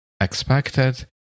expected